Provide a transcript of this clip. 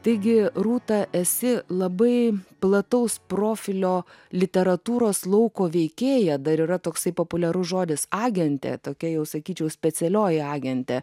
taigi rūta esi labai plataus profilio literatūros lauko veikėja dar yra toksai populiarus žodis agentė tokia jau sakyčiau specialioji agentė